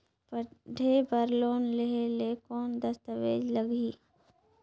पढ़े बर लोन लहे ले कौन दस्तावेज लगही?